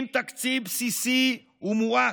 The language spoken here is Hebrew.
עם תקציב בסיסי ומועט,